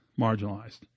marginalized